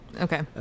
okay